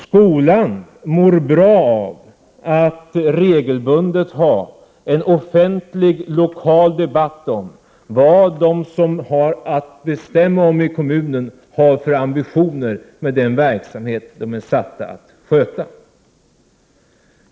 Skolan mår bra av att regelbundet ha en offentlig lokal debatt om vad de som bestämmer i kommunen har för ambitioner med den verksamhet som de är satta att sköta.